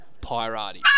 Pirati